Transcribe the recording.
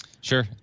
Sure